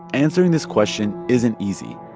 answering this question isn't easy.